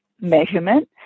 measurement